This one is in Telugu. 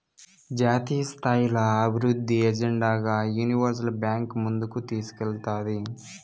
జాతీయస్థాయిల అభివృద్ధి ఎజెండాగా యూనివర్సల్ బాంక్ ముందుకు తీస్కేల్తాది